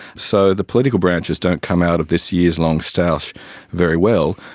so the political branches don't come out of this year's long stoush very well.